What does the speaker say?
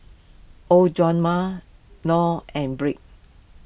oh john ma Noe and brake